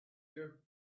you